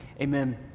amen